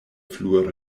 flue